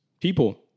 people